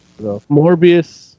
Morbius